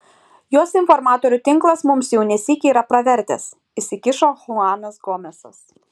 jos informatorių tinklas mums jau ne sykį yra pravertęs įsikišo chuanas gomesas